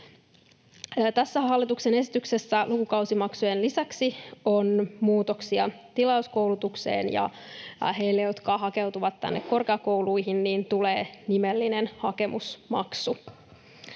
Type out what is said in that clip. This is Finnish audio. Tässä hallituksen esityksessä lukukausimaksujen lisäksi on muutoksia tilauskoulutukseen ja heille, jotka hakeutuvat tänne korkeakouluihin, tulee nimellinen hakemusmaksu.